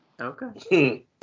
Okay